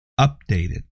updated